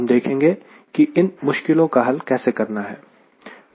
हम देखेंगे कि इन मुश्किलों का हल कैसे करना है